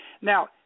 Now